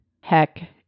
heck